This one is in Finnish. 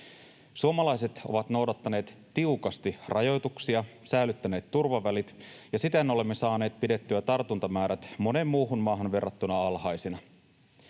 Suomalaiset ovat noudattaneet tiukasti rajoituksia, säilyttäneet turvavälit, ja siten olemme saaneet pidettyä tartuntamäärät moneen muuhun maahan verrattuna alhaisina.